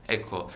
Ecco